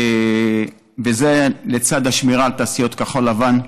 וזאת לצד השמירה על תעשייה כחול-לבן,